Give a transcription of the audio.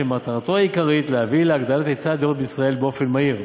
ומטרתו העיקרית היא להביא להגדלת היצע הדירות בישראל באופן מהיר.